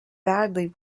badly